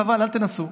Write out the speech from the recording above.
חבל, אל תנסו.